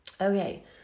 Okay